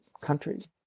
countries